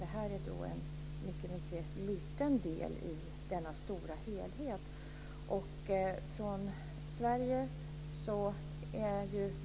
Det är en mycket liten del i denna stora helhet.